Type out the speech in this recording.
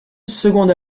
seconde